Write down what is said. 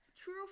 True